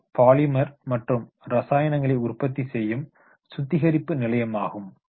அது பாலிமர் மற்றும் ரசாயனங்களை உற்பத்தி செய்யும் சுத்திகரிப்பு நிலையமாகும்